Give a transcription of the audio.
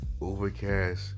Overcast